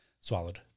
swallowed